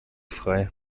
frei